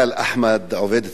תהיה אחרי תשובת השר.